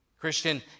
Christian